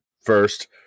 first